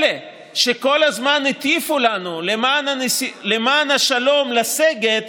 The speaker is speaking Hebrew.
אלה שכל הזמן הטיפו לנו למען השלום לסגת,